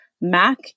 MAC